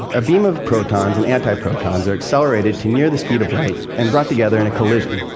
a beam of protons and antiprotons are accelerated to near the speed of light and brought together in a collision,